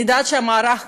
אני יודעת שהמערך קיים,